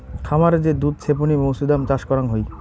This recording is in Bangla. খামারে যে দুধ ছেপনি মৌছুদাম চাষ করাং হই